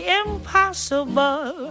impossible